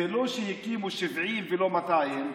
לא שיקימו 70 ולא 200,